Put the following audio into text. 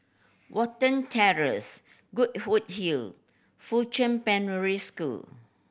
Watten Terrace Goodwood Hill and Fuchun School